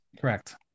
Correct